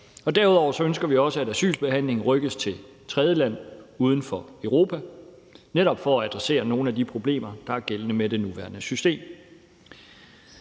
derudover ønsker vi også, at asylbehandlingen rykkes til et tredjeland uden for Europa, netop for at adressere nogle af de problemer, der er gældende med det nuværende system.